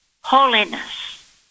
holiness